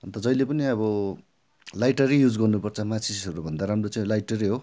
अन्त जहिले पनि अब लाइटर युज गर्नु पर्छ माचिसहरू भन्दा राम्रो चाहिँ लाइटर हो